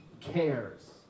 cares